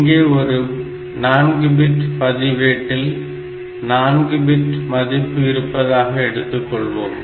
இங்கே ஒரு 4 பிட் பதிவேட்டில் 4பிட் மதிப்பு இருப்பதாக எடுத்துக்கொள்வோம்